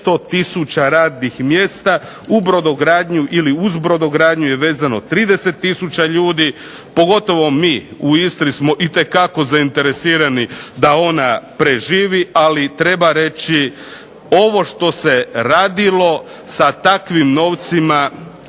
tisuća radnih mjesta u brodogradnju ili uz brodogradnju je vezano 30 tisuća ljudi, pogotovo mi u Istri smo itekako zainteresirani da ona preživi, ali treba reći ovo što se radilo sa takvim novcima